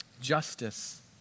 Justice